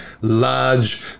large